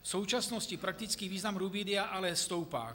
V současnosti praktický význam rubidia ale stoupá.